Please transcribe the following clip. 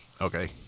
Okay